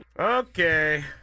okay